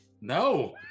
No